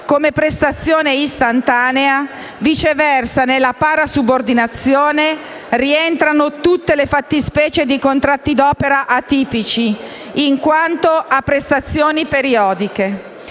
come prestazione istantanea, viceversa nella parasubordinazione rientrano tutte le fattispecie di contratti d'opera atipici, in quanto a prestazioni periodiche.